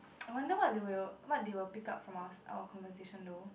I wonder what they will what they will pick up from our our conversation though